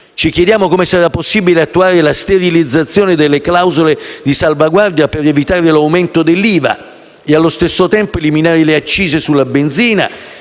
Ci chiediamo come sarà possibile attuare la sterilizzazione delle clausole di salvaguardia per evitare l'aumento dell'IVA e allo stesso tempo eliminare le accise sulla benzina;